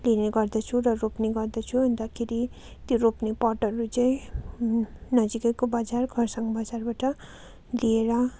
लिने गर्दछु र रोप्ने गर्दछु अन्तखेरि त्यो रोप्ने पटहरू चाहिँ नजिकैको बजार खरसाङ्गबाट लिएर